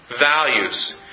values